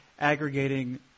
aggregating –